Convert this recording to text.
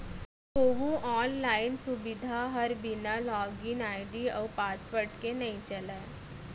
कोहूँ आनलाइन सुबिधा हर बिना लॉगिन आईडी अउ पासवर्ड के नइ चलय